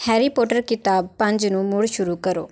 Harry Potter ਕਿਤਾਬ ਪੰਜ ਨੂੰ ਮੁੜ ਸ਼ੁਰੂ ਕਰੋ